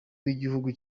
bw’igihugu